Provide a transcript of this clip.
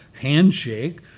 handshake